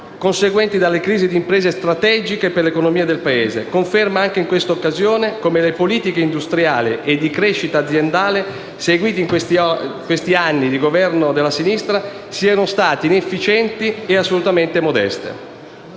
conseguenti dalle crisi di imprese strategiche per l'economia del Paese, conferma anche in questa occasione come le politiche industriali e di crescita aziendale seguiti in questi anni di Governo della sinistra siano state inefficienti e assolutamente modeste.